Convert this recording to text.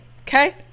Okay